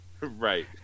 Right